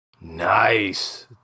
Nice